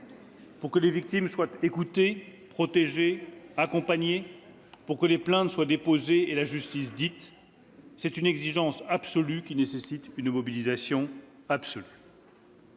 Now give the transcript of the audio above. pour que les victimes soient écoutées, protégées, accompagnées, pour que les plaintes soient déposées et la justice dite. C'est une exigence absolue, qui nécessite une mobilisation absolue.